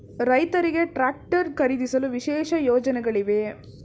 ರೈತರಿಗೆ ಟ್ರಾಕ್ಟರ್ ಖರೀದಿಸಲು ವಿಶೇಷ ಯೋಜನೆಗಳಿವೆಯೇ?